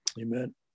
Amen